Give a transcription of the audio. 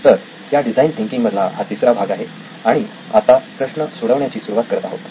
तर या design thinking मधला हा तिसरा भाग आहे आणि आता आपण प्रश्न सोडवण्याची सुरुवात करत आहोत